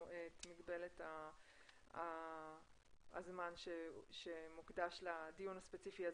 יש לנו את מגבלת הזמן שמוקדש לדיון הספציפי הזה.